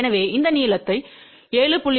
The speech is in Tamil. எனவே இந்த நீளத்தை 7